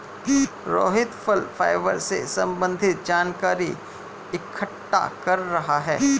रोहित फल फाइबर से संबन्धित जानकारी इकट्ठा कर रहा है